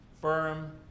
firm